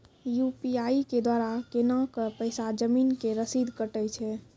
UPI के द्वारा केना कऽ पैसा जमीन के रसीद कटैय छै?